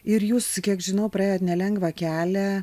ir jūs kiek žinau praėjot nelengvą kelią